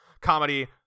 Comedy